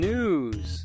News